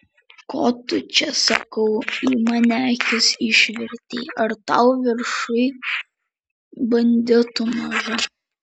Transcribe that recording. ko tu čia sakau į mane akis išvertei ar tau viršuj banditų maža